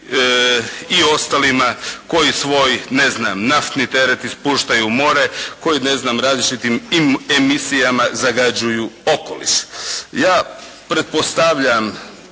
i ostalima koji svoj ne znam naftni teret ispuštaju u more, koji ne znam različitim emisijama zagađuju okoliš. Ja pretpostavljam